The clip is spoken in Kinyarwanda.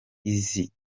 iri